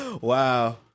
Wow